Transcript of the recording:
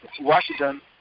Washington